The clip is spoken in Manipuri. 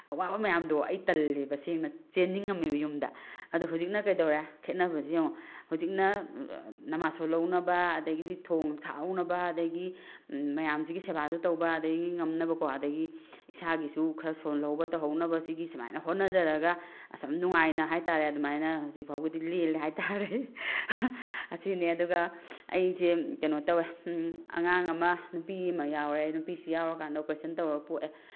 ꯑꯋꯥꯕ ꯃꯌꯥꯝꯗꯣ ꯑꯩ ꯇꯜꯂꯦꯕ ꯁꯦꯡꯅ ꯆꯦꯟꯅꯤꯡꯉꯝꯃꯦꯕ ꯌꯨꯝꯗ ꯑꯗꯣ ꯍꯧꯖꯤꯛꯅ ꯀꯩꯗꯧꯔꯦ ꯈꯦꯠꯅꯕꯁꯦ ꯌꯦꯡꯉꯨ ꯍꯧꯖꯤꯛꯅ ꯅꯃꯥꯁ ꯁꯣꯜꯍꯧꯅꯕ ꯑꯗꯒꯤ ꯊꯣꯡ ꯊꯥꯛꯍꯧꯅꯕ ꯑꯗꯒꯤ ꯃꯌꯥꯝꯁꯤꯒꯤ ꯁꯦꯕꯥꯁꯨ ꯇꯧꯕ ꯑꯗꯒꯤ ꯉꯝꯅꯕꯀꯣ ꯑꯗꯒꯤ ꯏꯁꯥꯒꯤꯁꯨ ꯈꯔ ꯁꯣꯜꯍꯧꯕ ꯇꯧꯍꯧꯅꯕ ꯁꯤꯒꯤ ꯁꯨꯃꯥꯏꯅ ꯍꯣꯠꯅꯖꯔꯒ ꯑꯁ ꯌꯥꯝ ꯅꯨꯡꯉꯥꯏꯅ ꯍꯥꯏ ꯇꯥꯔꯦ ꯑꯗꯨꯃꯥꯏꯅ ꯍꯧꯖꯤꯛ ꯐꯥꯎꯒꯤꯗꯤ ꯂꯦꯜꯂꯤ ꯍꯥꯏ ꯇꯥꯔꯦ ꯑꯁꯤꯅꯤ ꯑꯗꯨꯒ ꯑꯩꯁꯦ ꯀꯩꯅꯣ ꯇꯧꯋꯦ ꯑꯉꯥꯡ ꯑꯃ ꯅꯨꯄꯤ ꯑꯃ ꯌꯥꯎꯔꯦ ꯅꯨꯄꯤꯁꯤ ꯌꯥꯎꯔꯀꯥꯟꯗ ꯑꯣꯄꯔꯦꯁꯟ ꯇꯧꯔꯒ ꯄꯣꯛꯑꯦ